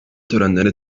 törenleri